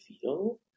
feel